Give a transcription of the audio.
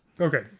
Okay